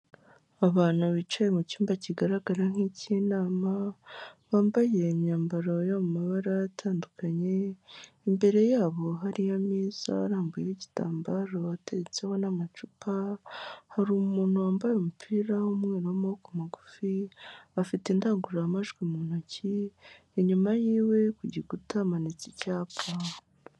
Abantu bicaye mucyumba kigaragara nk'icy'inama, bambaye imyambaro yo mu mabara atandukanye, imbere yabo hari ameza, arambuyeho igitambaro, ateretseho n'amacupa, hari umuntu wambaye umupira w'umweru, w'amaboko magufi, afite indangururamajwi mu ntoki, inyuma yiwe ku gikuta, hamanitse icyapa.